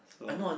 so